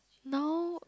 now